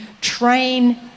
train